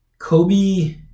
Kobe